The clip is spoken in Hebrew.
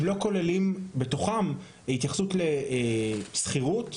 הם לא כוללים בתוכם התייחסות לשכירות,